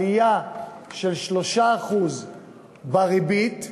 עלייה של 3% בריבית,